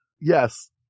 Yes